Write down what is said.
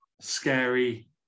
scary